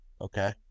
Okay